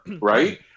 Right